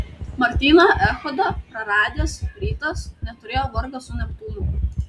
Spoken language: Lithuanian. martyną echodą praradęs rytas neturėjo vargo su neptūnu